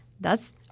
thus